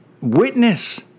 witness